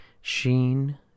Sheen